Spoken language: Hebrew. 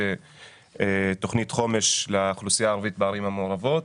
תוכנית חומש לאוכלוסייה הערבית בערים המעורבות.